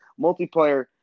Multiplayer